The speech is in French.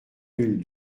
nul